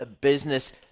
business